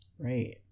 right